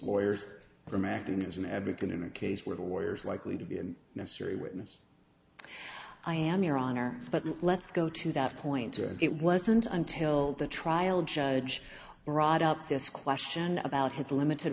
lawyers from acting as an advocate in a case where the lawyers likely to be a necessary witness i am your honor but let's go to that point it wasn't until the trial judge brought up this question about his limited